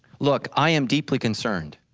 look i am deeply concerned,